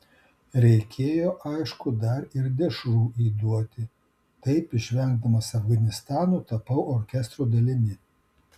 reikėjo aišku dar ir dešrų įduoti taip išvengdamas afganistano tapau orkestro dalimi